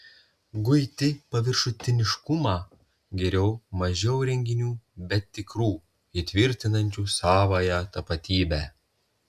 guiti paviršutiniškumą geriau mažiau renginių bet tikrų įtvirtinančių savąją tapatybę